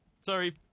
sorry